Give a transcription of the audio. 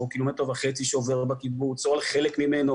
הקילומטר וחצי שעובר בקיבוץ או על חלק ממנו,